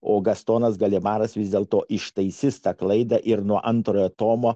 o gastonas galimaras vis dėlto ištaisys tą klaidą ir nuo antrojo tomo